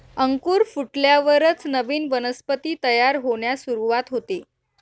अंकुर फुटल्यावरच नवीन वनस्पती तयार होण्यास सुरूवात होते